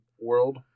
world